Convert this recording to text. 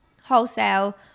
wholesale